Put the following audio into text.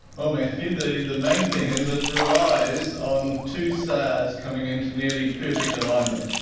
well, matthew, the the main thing is it relies on two stars coming into nearly perfect alignment.